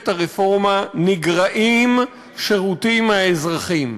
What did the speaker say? הרפורמה נגרעים שירותים מהאזרחים.